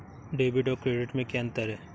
Debit और credit में क्या अंतर है?